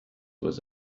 was